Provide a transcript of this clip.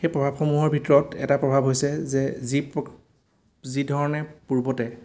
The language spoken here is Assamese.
সেই প্ৰভাৱসমূহৰ ভিতৰত এটা প্ৰভাৱ হৈছে যে যি যিধৰণে পূৰ্বতে